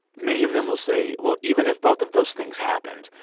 many of them will say well, even if both of those things happened,